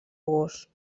gos